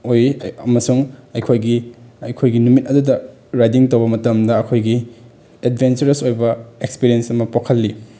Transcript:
ꯑꯣꯏ ꯑꯃꯁꯨꯡ ꯑꯩꯈꯣꯏꯒꯤ ꯑꯩꯈꯣꯏꯒꯤ ꯅꯨꯃꯤꯠ ꯑꯗꯨꯗ ꯔꯥꯏꯗꯤꯡ ꯇꯧꯕ ꯃꯇꯝꯗ ꯑꯩꯈꯣꯏꯒꯤ ꯑꯦꯠꯕꯦꯟꯆꯔꯁ ꯑꯣꯏꯕ ꯑꯦꯛꯁꯄꯔꯤꯌꯦꯟꯁ ꯑꯃ ꯄꯣꯛꯍꯜꯂꯤ